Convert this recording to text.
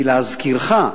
להזכירך,